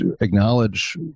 acknowledge